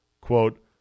quote